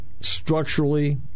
structurally